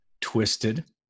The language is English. Twisted